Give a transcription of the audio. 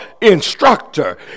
instructor